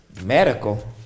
medical